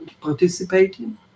participating